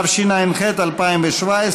התשע"ח 2017,